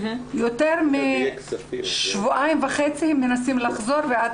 יותר משבועיים וחצי הם מנסים לחזור ועד